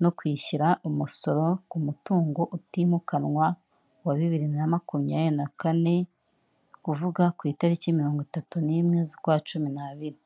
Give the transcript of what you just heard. no kwishyura umusoro ku mutungo utimukanwa wa bibiri na makumyabiri na kane, ni ukuvuga ku itariki mirongo itatu n'imwe z'ukwa cumi n'abiri.